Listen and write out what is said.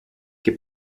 che